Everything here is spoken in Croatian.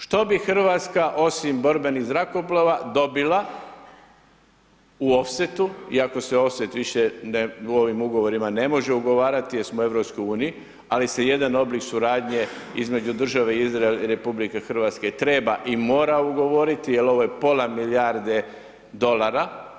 Što bi RH osim borbenih zrakoplova dobila u ofsetu iako se ofset više u ovim ugovorima ne može ugovarati jer smo u EU, ali se jedan oblik suradnje između države Izrael i RH treba i mora ugovoriti jel ovo je pola milijarde dolara.